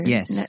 Yes